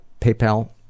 PayPal